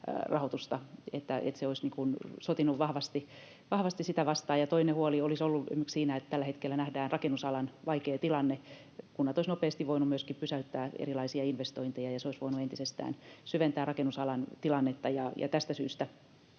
rahoitusta, eli se olisi sotinut vahvasti sitä vastaan. Ja toinen huoli olisi ollut esimerkiksi siinä, että tällä hetkellä nähdään rakennusalan vaikea tilanne. Kunnat olisivat nopeasti voineet myöskin pysäyttää erilaisia investointeja, ja se olisi voinut entisestään syventää rakennusalan tilannetta. Tästä syystä